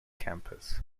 campus